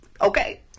Okay